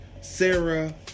Sarah